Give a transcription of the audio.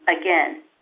Again